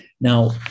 Now